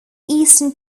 eastern